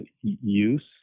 use